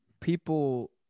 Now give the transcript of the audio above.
people